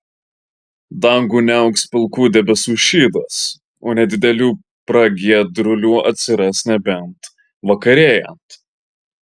dangų niauks pilkų debesų šydas o nedidelių pragiedrulių atsiras nebent vakarėjant